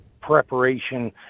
preparation